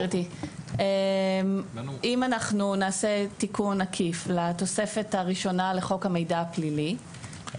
אם נעשה תיקון עקיף לתוספת האשונה לחוק המידע הפלילי,